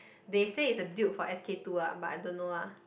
they say is the duke for S_K two lah but I don't know lah